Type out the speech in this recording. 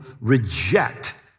reject